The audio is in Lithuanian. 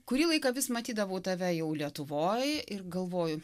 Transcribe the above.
kurį laiką vis matydavau tave jau lietuvoj ir galvoju